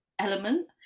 element